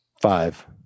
Five